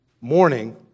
morning